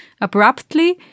abruptly